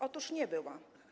Otóż nie była.